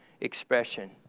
Expression